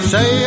Say